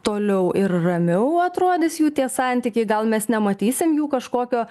toliau ir ramiau atrodys jų tie santykiai gal mes nematysim jų kažkokio